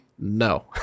no